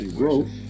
growth